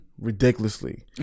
Ridiculously